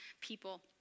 people